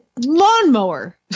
lawnmower